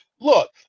Look